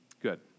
Good